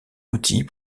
outil